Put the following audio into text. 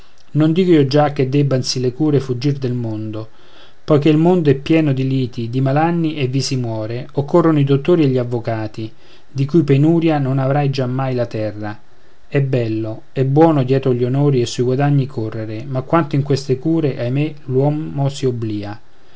non dico io già che debbansi le cure fuggir del mondo poi che il mondo è pieno di liti di malanni e vi si muore occorrono i dottori e gli avvocati di cui penuria non avrà giammai la terra è bello è buon dietro gli onori e sui guadagni correre ma quanto in queste cure ahimè l'uomo si oblìa